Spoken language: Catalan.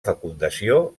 fecundació